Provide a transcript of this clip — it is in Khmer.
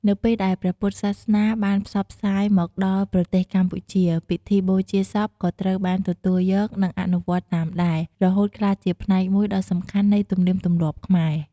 នៅពេលដែលព្រះពុទ្ធសាសនាបានផ្សព្វផ្សាយមកដល់ប្រទេសកម្ពុជា ពិធីបូជាសពក៏ត្រូវបានទទួលយក និងអនុវត្តតាមដែរ រហូតក្លាយជាផ្នែកមួយដ៏សំខាន់នៃទំនៀមទម្លាប់ខ្មែរ។